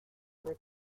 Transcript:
with